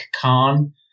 Khan